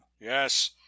Yes